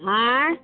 आँय